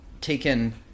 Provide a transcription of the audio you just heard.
taken –